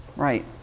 Right